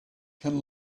can